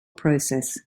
process